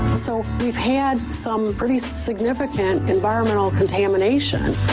so we've had some pretty significant environmental contamination.